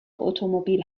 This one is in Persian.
اتومبیل